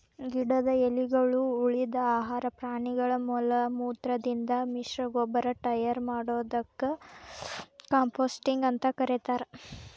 ಗಿಡದ ಎಲಿಗಳು, ಉಳಿದ ಆಹಾರ ಪ್ರಾಣಿಗಳ ಮಲಮೂತ್ರದಿಂದ ಮಿಶ್ರಗೊಬ್ಬರ ಟಯರ್ ಮಾಡೋದಕ್ಕ ಕಾಂಪೋಸ್ಟಿಂಗ್ ಅಂತ ಕರೇತಾರ